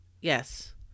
Yes